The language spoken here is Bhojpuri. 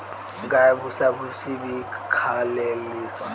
गाय भूसा भूसी भी खा लेली सन